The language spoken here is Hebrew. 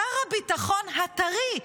שר הביטחון הטרי,